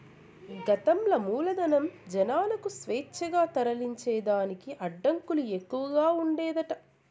గతంల మూలధనం, జనాలకు స్వేచ్ఛగా తరలించేదానికి అడ్డంకులు ఎక్కవగా ఉండేదట